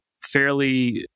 fairly